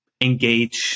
engage